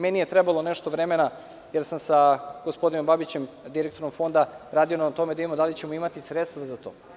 Meni je trebalo nešto vremena, jer sam sa gospodinom Babićem, direktorom Fonda radio na tome da li ćemo imati sredstva za to.